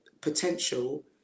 potential